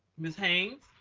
ms. haynes.